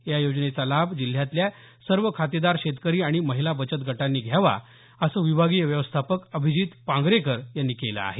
या योजनेचा लाभ जिल्ह्यातल्या सर्व खातेदार शेतकरी आणि महिला बचत गटांनी घ्यावा असं विभागीय व्यवस्थापक अभिजीत पांगरेकर यांनी केलं आहे